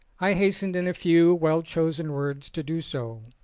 i hastened in a few well-chosen words to do so.